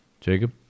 Jacob